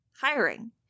hiring